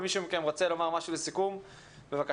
אם מישהו רוצה לומר משהו לסיכום, בבקשה.